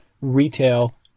retail